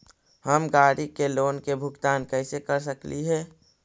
हम गाड़ी के लोन के भुगतान कैसे कर सकली हे?